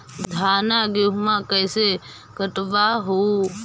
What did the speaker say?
धाना, गेहुमा कैसे कटबा हू?